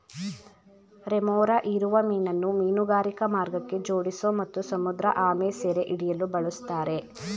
remora ಹೀರುವ ಮೀನನ್ನು ಮೀನುಗಾರಿಕಾ ಮಾರ್ಗಕ್ಕೆ ಜೋಡಿಸೋ ಮತ್ತು ಸಮುದ್ರಆಮೆ ಸೆರೆಹಿಡಿಯಲು ಬಳುಸ್ತಾರೆ